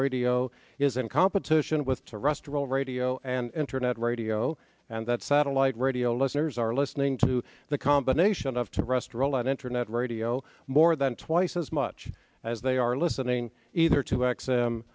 radio is in competition with to restoral radio and internet radio and that satellite radio listeners are listening to the combination of to rest roll out internet radio more than twice as much as they are listening either to